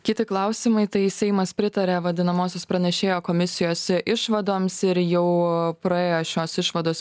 kiti klausimai tai seimas pritarė vadinamosios pranešėjo komisijos išvadoms ir jau praėjo šios išvados